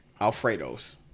Alfredos